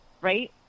Right